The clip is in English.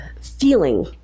feeling